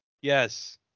Yes